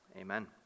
Amen